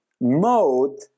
mode